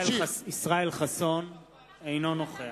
(קורא בשמות חברי הכנסת)